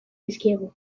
dizkiegu